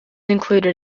included